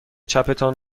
چپتان